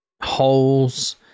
Holes